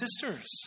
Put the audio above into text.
sisters